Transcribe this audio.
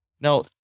Now